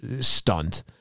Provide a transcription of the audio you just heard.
stunt